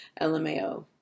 lmao